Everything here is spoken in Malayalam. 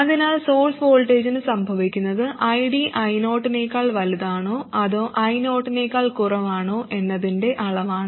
അതിനാൽ സോഴ്സ് വോൾട്ടേജിന് സംഭവിക്കുന്നത് ID I0 നേക്കാൾ വലുതാണോ അതോ I0 നേക്കാൾ കുറവാണോ എന്നതിന്റെ അളവാണ്